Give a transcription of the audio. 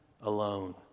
alone